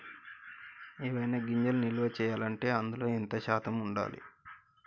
ఏవైనా గింజలు నిల్వ చేయాలంటే అందులో ఎంత శాతం ఉండాలి?